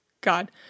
God